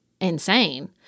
insane